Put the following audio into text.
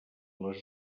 les